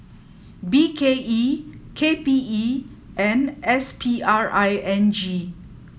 B K E K P E and S P R I N G